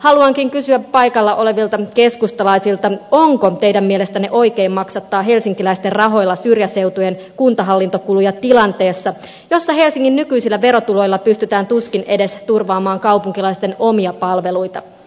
haluankin kysyä paikalla olevilta keskustalaisilta onko teidän mielestänne oikein maksattaa helsinkiläisten rahoilla syrjäseutujen kuntahallintokuluja tilanteessa jossa helsingin nykyisillä verotuloilla pystytään tuskin edes turvaamaan kaupunkilaisten omia palveluita